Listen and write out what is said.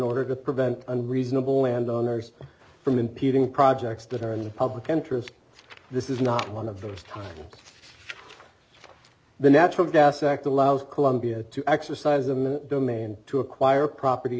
order to prevent unreasonable landowners from impeding projects that are in the public interest this is not one of those times the natural gas act allows columbia to exercise in the domain to acquire property